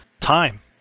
time